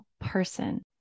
person